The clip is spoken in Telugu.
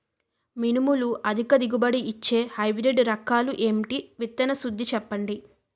మినుములు అధిక దిగుబడి ఇచ్చే హైబ్రిడ్ రకాలు ఏంటి? విత్తన శుద్ధి చెప్పండి?